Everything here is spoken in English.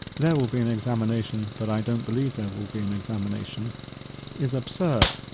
there will be an examination but i don't believe there will be an examination is absurd.